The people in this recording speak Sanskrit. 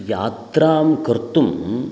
यात्रां कर्तुं